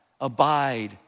Abide